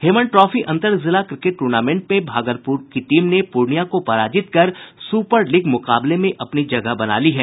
हेमन trophy अंतर जिला cricket tournament में भागलपुर की टीम ने पूर्णिया को पराजित कर सुपर लीग के मुकाबले में अपनी जगह बना ली है